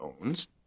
owns